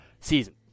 season